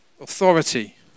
authority